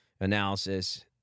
analysis